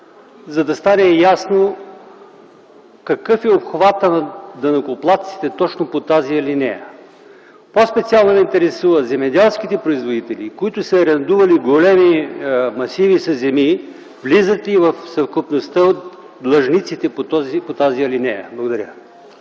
за да стане ясно какъв е обхватът на данъкоплатците точно по тази алинея. По-специално ме интересува: земеделските производители, които са арендували големи масиви със земи, влизат ли в съвкупността от длъжниците по тази алинея? Благодаря.